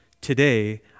today